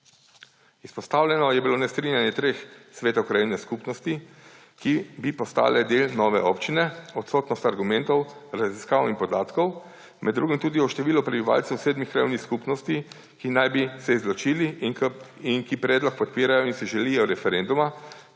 Izpostavljeno je bilo nestrinjanje treh svetov krajevnih skupnosti, ki bi postale del nove občine, odsotnost argumentov, raziskav in podatkov, med drugim tudi o številu prebivalcev osrednjih krajevnih skupnosti, ki naj bi se izločili in ki predlog podpirajo in si želijo referenduma,